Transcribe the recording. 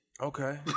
Okay